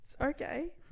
Okay